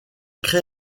crée